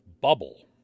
bubble